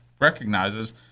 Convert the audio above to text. recognizes